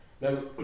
Now